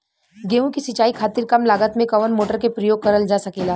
गेहूँ के सिचाई खातीर कम लागत मे कवन मोटर के प्रयोग करल जा सकेला?